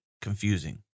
confusing